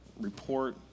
report